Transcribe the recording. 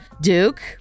Duke